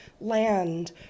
land